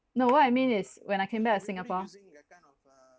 no what I mean is when I came back to singapore